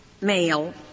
male